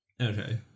Okay